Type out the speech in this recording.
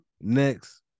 next